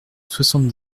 soixante